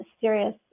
serious